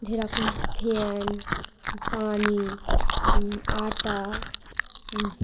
যেরকম ফ্যান পানি আটা